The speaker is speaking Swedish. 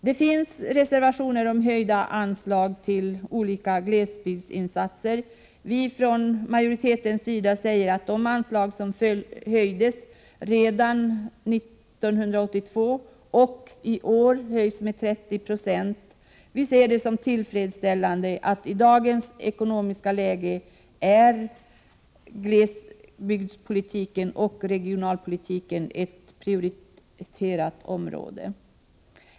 Det finns också reservationer om höjda anslag till olika glesbygdsinsatser. Vi från majoritetens sida kan säga att anslagen höjdes redan 1982 och höjs i år med 30 20. Vi ser det som tillfredsställande. I dagens ekonomiska läge är glesbygdspolitiken och regionalpolitiken ett prioriterat område.